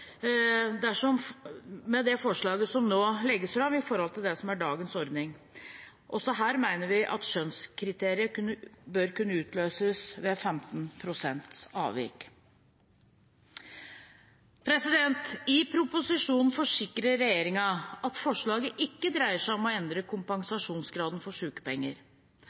med det forslaget som nå legges fram, i forhold til det som er dagens ordning. Også her mener vi at skjønnskriteriet bør kunne utløses ved 15 pst. avvik. I proposisjonen forsikrer regjeringen om at forslagene ikke dreier seg om å endre kompensasjonsgraden for